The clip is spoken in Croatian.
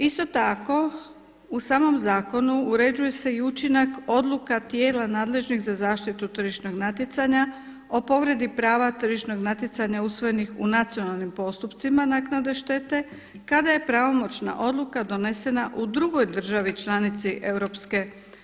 Isto tako u samom zakonu uređuje se i učinak odluka tijela nadležnih za zaštitu tržišnog natjecanja o povredi prava tržišnog natjecanja usvojenih u nacionalnim postupcima naknade štete kada je pravomoćna odluka donesena u drugoj državi članici EU.